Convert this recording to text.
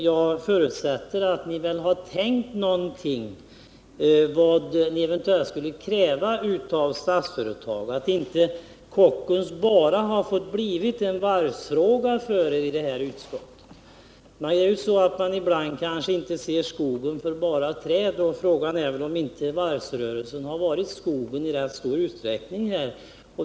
Jag förutsätter att ni har tänkt något på vad ni eventuellt skulle kräva av Statsföretag och att Kockums inte bara har blivit en varvsfråga för er i utskottet. Ibland är det ju så att man inte ser skogen för bara träd, och frågan är väl om inte varvsrörelsen här har varit skogen i rätt stor utsträckning.